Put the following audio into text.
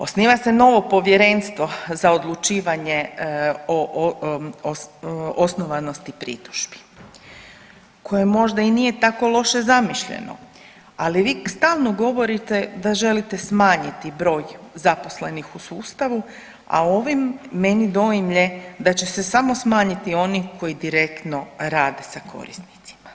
Osniva se novo Povjerenstvo za odlučivanje o osnovanosti pritužbi koje možda i nije tako loše zamišljeno, ali vi stalno govorite da želite smanjiti broj zaposlenih u sustavu, a ovim meni doimlje da će se samo smanjiti oni koji direktno rade sa korisnicima.